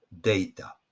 data